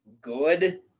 good